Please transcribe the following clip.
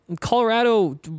Colorado